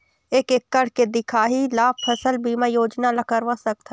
एक एकड़ के दिखाही ला फसल बीमा योजना ला करवा सकथन?